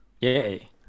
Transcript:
Yay